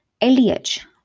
LDH